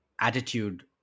attitude